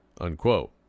unquote